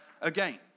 again